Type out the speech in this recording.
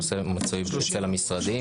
הנושא מצוי במשרדים,